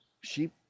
sheep